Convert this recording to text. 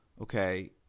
okay